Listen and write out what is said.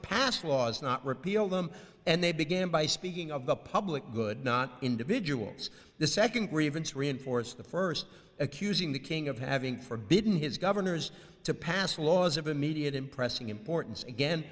pass laws not repeal them and they began by speaking of the public good not individuals the second grievance reinforced the first accusing the king of having forbidding his governors to pass laws of immediate impressing importance again